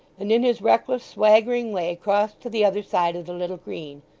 and in his reckless swaggering way, crossed to the other side of the little green,